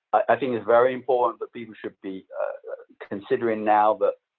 i think it's very important that people should be considering now that